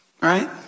Right